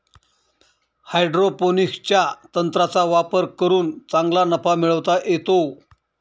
हायड्रोपोनिक्सच्या तंत्राचा वापर करून चांगला नफा मिळवता येतो